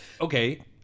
okay